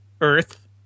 Earth